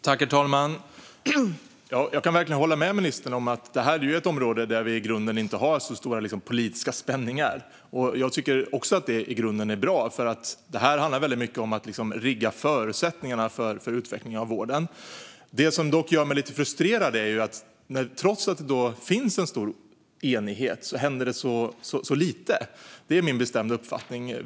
Herr talman! Jag håller med ministern om att det här är ett område där vi inte har så stora politiska spänningar och att det är bra. Det handlar ju mycket om att rigga förutsättningarna för utvecklingen av vården. Det som dock gör mig lite frustrerad är att det trots en stor enighet händer så lite, och det är min bestämda uppfattning.